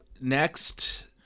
next